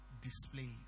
display